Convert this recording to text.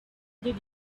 did